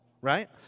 right